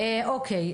אוקי.